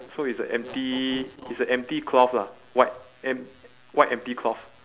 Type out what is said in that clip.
so it's a empty it's a empty cloth lah white em~ white empty cloth